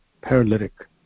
paralytic